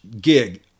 gig